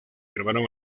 grabaron